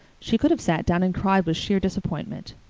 she could have sat down and cried with sheer disappointment.